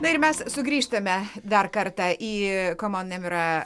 na ir mes sugrįžtame dar kartą į komon nemira